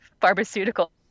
pharmaceutical